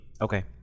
Okay